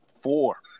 four